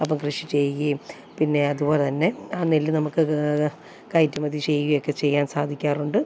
അപ്പം കൃഷി ചെയ്യുകയും പിന്നെ അതുപോലെ തന്നെ ആ നെല്ല് നമുക്ക് കയറ്റുമതി ചെയ്യുക ഒക്കെ ചെയ്യാൻ സാധിക്കാറുണ്ട്